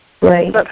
Right